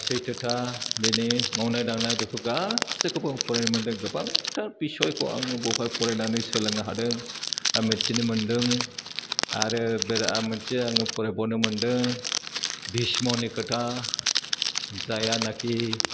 सैथोथा बिनि मावनाय दांनाय बेफोर गासिखौबो आं फरायनो मोनदों गोबांथार बिशयखौ आङो बावहाय फरायनानै सोलोंनो हादों आर मिथिनो मोनदों आरो बेराद मोनसे आङो फरायबावनो मोनदों भिस्मनि खोथा जायहा नाखि